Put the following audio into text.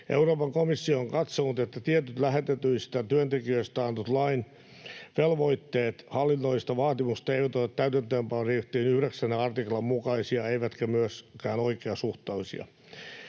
Euroopan komissio on katsonut, että tietyt lähetetyistä työntekijöistä annetun lain velvoitteet hallinnollisista vaatimuksista eivät ole täytäntöönpanodirektiivin 9 artiklan mukaisia eivätkä myöskään oikeasuhtaisia.